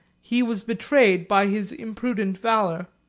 he was betrayed by his imprudent valor